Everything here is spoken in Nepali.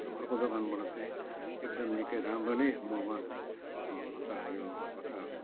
र अर्को दोकानबाट चाहिँ एकदम निकै राम्रो नै ममा अच्छा यो अच्छा